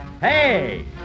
Hey